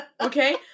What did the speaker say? Okay